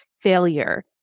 failure